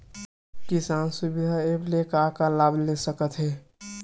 किसान सुविधा एप्प से का का लाभ ले जा सकत हे?